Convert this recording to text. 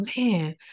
man